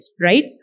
right